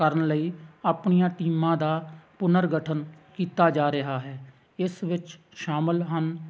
ਕਰਨ ਲਈ ਆਪਣੀਆਂ ਟੀਮਾਂ ਦਾ ਪੁਨਰਗਠਨ ਕੀਤਾ ਜਾ ਰਿਹਾ ਹੈ ਇਸ ਵਿੱਚ ਸ਼ਾਮਲ ਹਨ